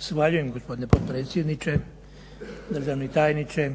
(SDSS)** Zahvaljujem gospodine potpredsjedniče, državni tajniče.